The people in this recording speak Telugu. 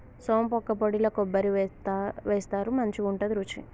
సోంపు వక్కపొడిల కొబ్బరి వేస్తారు మంచికుంటది రుచి